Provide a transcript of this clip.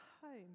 home